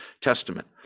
Testament